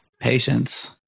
Patience